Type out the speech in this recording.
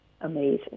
amazing